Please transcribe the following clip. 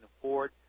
afford